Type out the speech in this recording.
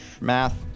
math